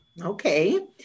Okay